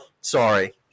sorry